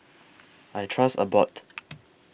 I Trust Abbott